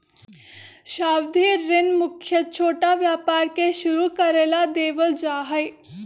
सावधि ऋण मुख्यत छोटा व्यापार के शुरू करे ला देवल जा हई